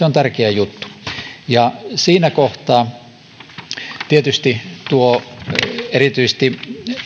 on tärkeä juttu siinä kohtaa tietysti erityisesti